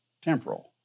Temporal